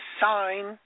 sign